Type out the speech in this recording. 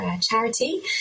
Charity